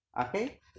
Okay